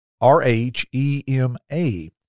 R-H-E-M-A